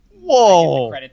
whoa